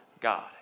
God